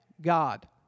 God